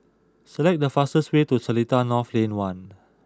select the fastest way to Seletar North Lane one